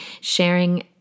sharing